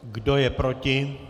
Kdo je proti?